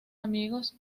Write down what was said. amigos